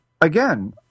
again